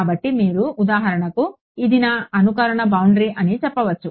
కాబట్టి మీరు ఉదాహరణకు ఇది నా అనుకరణ బౌండరీ అని చెప్పవచ్చు